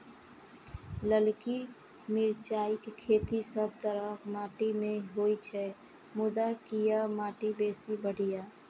ललकी मिरचाइक खेती सब तरहक माटि मे होइ छै, मुदा करिया माटि बेसी बढ़िया